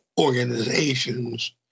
organizations